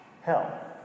Hell